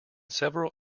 several